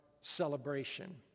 celebration